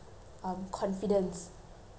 so you you um have to